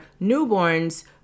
newborns